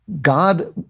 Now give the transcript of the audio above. God